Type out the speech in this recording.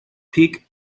peak